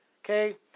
okay